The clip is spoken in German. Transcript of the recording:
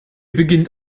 beginnt